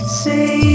say